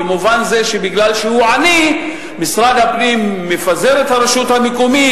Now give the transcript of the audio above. במובן זה שמשום שהוא עני משרד הפנים מפזר את הרשות המקומית,